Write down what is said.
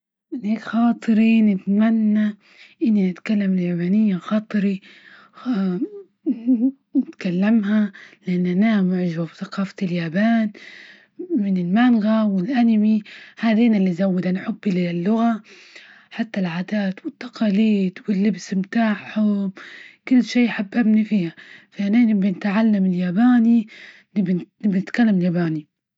إني خاطري نتمنى إني أتكلم اليابانية خاطري، نتكلمها لإني معجبة بثقافة اليابان من المانغا والأنمي، هذين اللي زودن حبي للغة ،حتى العادات والتقاليد واللبس متاعهم كل شي حببني فيه، نبي نتعلم الياباني نبي -نبي نتكلم الياباني.